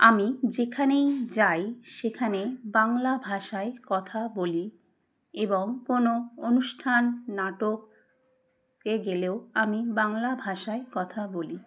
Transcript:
আমি যেখানেই যাই সেখানে বাংলা ভাষায় কথা বলি এবং কোনো অনুষ্ঠান নাটককে গেলেও আমি বাংলা ভাষায় কথা বলি